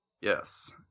Yes